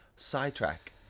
sidetrack